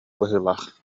быһыылаах